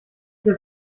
der